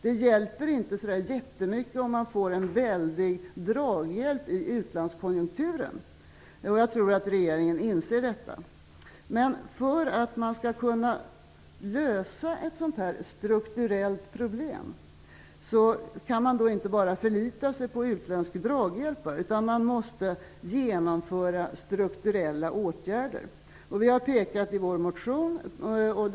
Det hjälper inte så jättemycket med en draghjälp i utlandskonjunkturen - det tror jag att regeringen inser. För att kunna lösa ett sådant här strukturellt problem kan man inte bara förlita sig på utländsk draghjälp. Man måste genomföra strukturella åtgärder. Folkpartiet har i motionen pekat på vad man behöver göra.